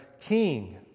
king